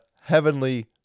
heavenly